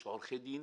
יש לו עורכי דין.